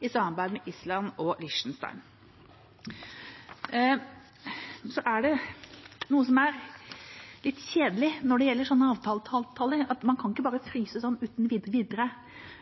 i samarbeid med Island og Liechtenstein. Det er noe som er litt kjedelig når det gjelder slike avtaler. Man kan ikke bare fryse dem sånn uten videre.